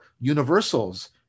universals